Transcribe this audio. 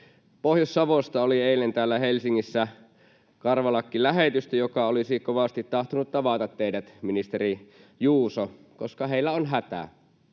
Pohjois-Savosta oli eilen täällä Helsingissä karvalakkilähetystö, joka olisi kovasti tahtonut tavata teidät, ministeri Juuso, koska heillä on hätä